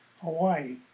Hawaii